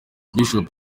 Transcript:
bishop